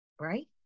Right